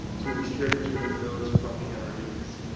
to restrict to those from the and nr database.